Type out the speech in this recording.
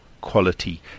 quality